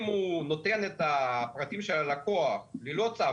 אם הוא נותן את הפרטים של הלקוח ללא צו